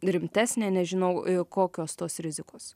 rimtesnė nežinau kokios tos rizikos